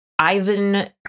ivan